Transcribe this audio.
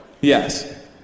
Yes